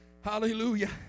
hallelujah